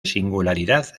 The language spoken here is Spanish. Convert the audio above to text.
singularidad